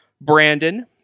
Brandon